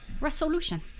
resolution